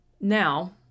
Now